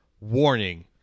warning